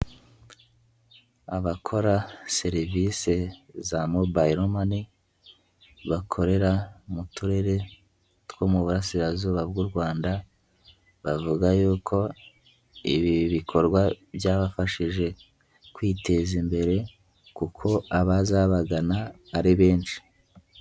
Abakora serivisi za Mobile Money bakorera mu turere two mu Burasirazuba bw'u Rwanda bavuga yuko ibi bikorwa byabafashije kwiteza imbere kuko abaza babagana ari benshi.